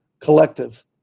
collective